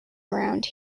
around